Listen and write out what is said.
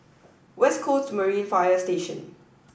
West Coast Marine Fire Station